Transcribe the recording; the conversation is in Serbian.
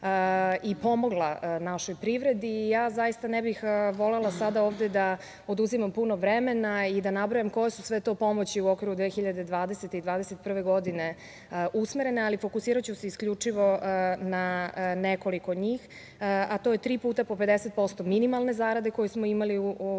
i pomogla našoj privredi. Zaista ne bih volela sada da oduzimam puno vremena i da nabrajam koje su sve to pomoći u okviru 2020. godine, usmerene, ali fokusiraću se isključivo na nekoliko njih, a to je tri puta po 50% minimalne zarade, koju smo imali u